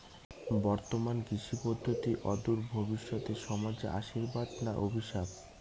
বর্তমান কৃষি পদ্ধতি অদূর ভবিষ্যতে সমাজে আশীর্বাদ না অভিশাপ?